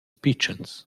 pitschens